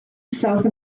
south